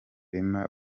irma